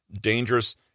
dangerous